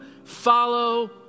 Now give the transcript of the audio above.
Follow